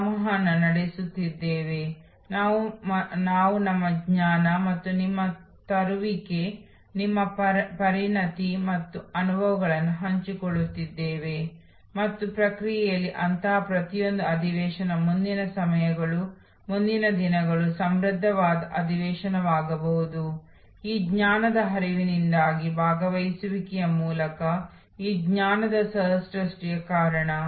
ಸೇವಾ ಉದ್ಯಮ Ansoff Igor Ansoff ಮೂಲ ಮ್ಯಾಟ್ರಿಕ್ಸ್ ಮತ್ತು ಅಸ್ತಿತ್ವದಲ್ಲಿರುವ ಸೇವೆಯ ಹೊಸ ಸೇವೆಗಾಗಿ ಇದನ್ನು ಅಳವಡಿಸಿಕೊಳ್ಳಲಾಗಿದೆ ಅಸ್ತಿತ್ವದಲ್ಲಿರುವ ಗ್ರಾಹಕ ಹೊಸ ಗ್ರಾಹಕ